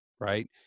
Right